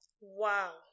Wow